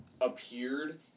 appeared